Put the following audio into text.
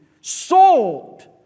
sold